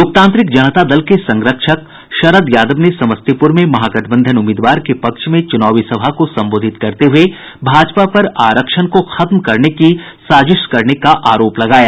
लोकतांत्रिक जनता दल के संरक्षक शरद यादव ने समस्तीपुर में महागठबंधन उम्मीदवार के पक्ष में चुनावी सभा को संबोधित करते हुये भाजपा पर आरक्षण को खत्म करने की साजिश करने का आरोप लगाया